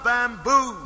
Bamboo